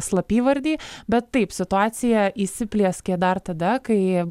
slapyvardį bet taip situacija įsiplieskė dar tada kai